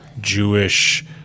Jewish